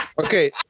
Okay